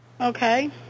Okay